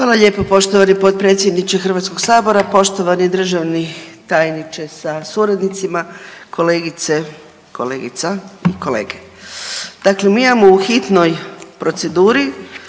Hvala lijepo poštovani potpredsjedniče Hrvatskog sabora. Poštovani državni tajniče sa suradnicima, kolegice i kolege, nakon svih ovih mojih prethodnih